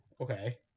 okay